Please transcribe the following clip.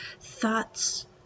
Thoughts